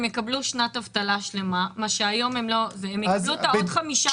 הן יקבלו שנת אבטלה שלמה והן יקבלו עוד חמישה חודשים.